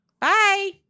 Bye